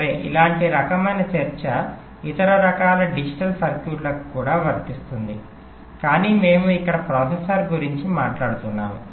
సరే ఇలాంటి రకమైన చర్చ ఇతర రకాల డిజిటల్ సర్క్యూట్లకు కూడా వర్తిస్తుంది కాని మనము ఇక్కడ ప్రాసెసర్ గురించి మాట్లాడుతున్నాము